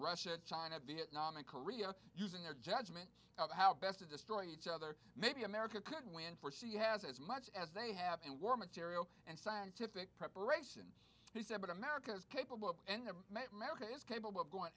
russia china vietnam and korea using their judgment of how best to destroy each other maybe america could win for she has as much as they have and war material and scientific preparation he said that america is capable of america is capable of going